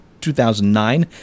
2009